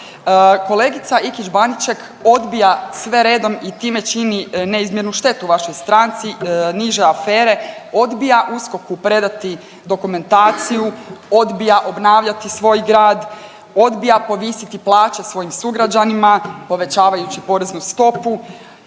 kolegica Ikić Baniček odbija sve redom i time čini neizmjernu štetu vašoj stranci niže afere, odbija USKOK-u predati dokumentaciju, odbija obnavljati svoj grad, odbija povisiti plaće svojim sugrađanima, povećavaju poreznu stopu,